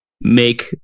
make